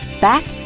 back